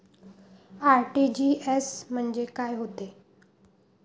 RTGS म्हंजे काय होते?